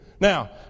Now